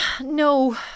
no